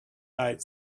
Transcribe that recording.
died